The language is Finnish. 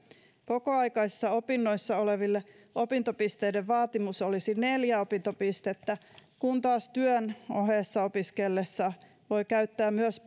kokoaikaisissa opinnoissa oleville opintopisteiden vaatimus olisi neljä opintopistettä kun taas työn ohessa opiskellessa voi käyttää myös